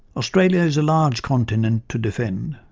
australia is a large continent to defend.